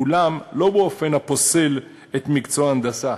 אולם לא באופן הפוסל את מקצוע ההנדסה,